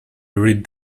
read